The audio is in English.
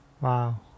Wow